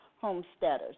homesteaders